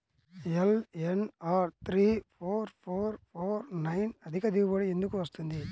LNR three four four four nine అధిక దిగుబడి ఎందుకు వస్తుంది?